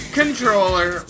controller